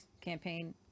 campaign